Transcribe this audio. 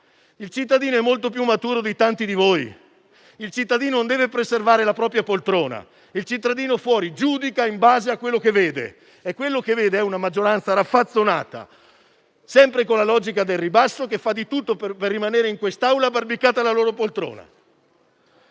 Il cittadino è molto più maturo di tanti di voi; il cittadino non deve preservare la propria poltrona. Il cittadino fuori giudica in base a ciò che vede; e vede una maggioranza raffazzonata che segue sempre la logica del ribasso e che fa di tutto per rimanere in quest'Aula abbarbicata alla sua poltrona.